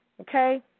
Okay